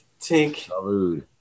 tink